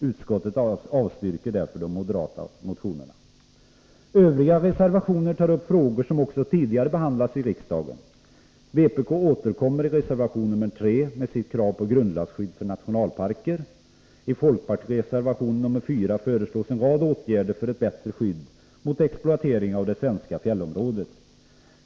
Utskottet avstyrker därför de moderata motionerna. I övriga reservationer tas upp frågor som också tidigare har behandlats i riksdagen. Vpk återkommer i reservation 3 med sitt krav på grundlagsskydd för nationalparker. I folkpartireservationen 4 föreslås en rad åtgärder för ett bättre skydd mot exploatering av det svenska fjällområdet.